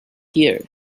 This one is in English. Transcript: here